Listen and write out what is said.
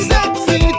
Sexy